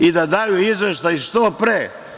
Neka daju izveštaj što pre.